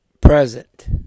present